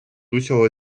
усього